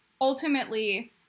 ultimately